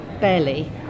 barely